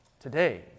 Today